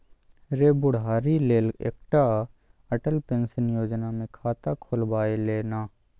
रे बुढ़ारी लेल एकटा अटल पेंशन योजना मे खाता खोलबाए ले ना